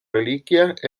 reliquias